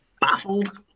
baffled